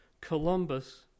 Columbus